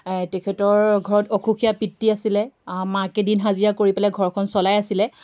তেখেতৰ ঘৰত অসুখীয়া পিতৃ আছিলে মাকে দিন হাজিৰা কৰি পেলাই ঘৰখন চলাই আছিলে